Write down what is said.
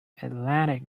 atlantic